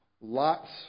lots